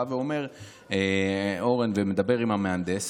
בא אורן ומדבר עם המהנדס,